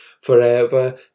forever